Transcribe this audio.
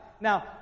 Now